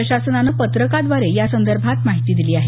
प्रशासनानं पत्रकाद्वारे यासंदर्भात माहिती दिली आहे